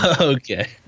Okay